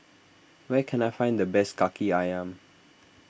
where can I find the best Kaki Ayam